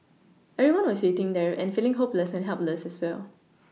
everyone was waiting there and feeling hopeless and helpless as well